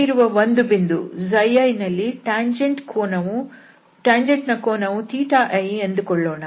ಇಲ್ಲಿರುವ ಒಂದು ಬಿಂದು i ನಲ್ಲಿ ಟ್ಯಾಂಜೆಂಟ್ ನ ಕೋನವು i ಎಂದುಕೊಳ್ಳೋಣ